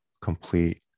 complete